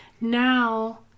now